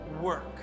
work